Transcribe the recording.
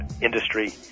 industry